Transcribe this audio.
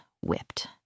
Whipped